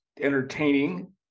entertaining